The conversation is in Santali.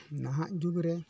ᱱᱟᱦᱟᱜ ᱡᱩᱜᱽ ᱨᱮ